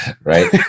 Right